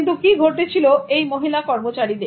কিন্তু কি ঘটেছিল এই মহিলা কর্মচারীদের